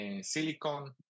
silicon